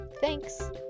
Thanks